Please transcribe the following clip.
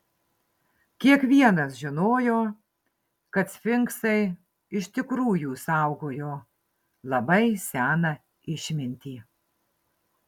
kiekvienas žinojo kad sfinksai iš tikrųjų saugojo labai seną išmintį